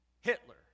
Hitler